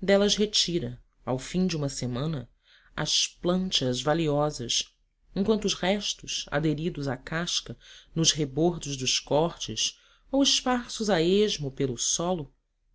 delas retira ao fim de uma semana as planchas valiosas enquanto os restos aderidos à casca nos rebordos dos cortes ou esparsos a esmo pelo solo